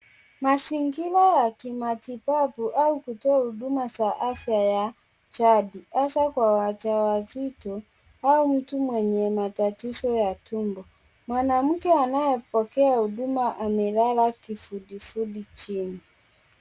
Mazingira ya kimatibabu au kutoa huduma za afya ya jadi, hasa kwa wajawazito, au mtu mwenye matatizo ya tumbo. Mwanamke anayepokea huduma amelala kifudifudi chini.